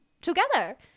together